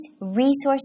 resources